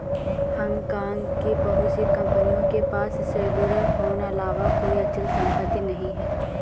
Hong Kong की बहुत सी कंपनियों के पास सेल्युलर फोन अलावा कोई अचल संपत्ति नहीं है